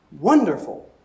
wonderful